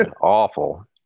Awful